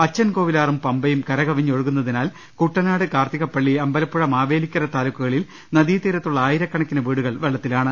അച്ചൻകോവിലാറും പമ്പയും കരകവിഞ്ഞ് ഒഴുകുന്നതിനാൽ കുട്ടനാട് കാർത്തികപള്ളി അമ്പലപ്പുഴ മാവേലിക്കര താലൂക്കുകളിൽ നദീതീരത്തുള്ള ആയിരക്കണക്കിന് വീടുകൾ വെള്ളത്തിലാണ്